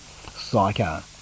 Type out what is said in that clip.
psycho